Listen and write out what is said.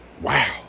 wow